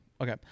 Okay